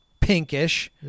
pinkish